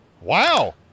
Wow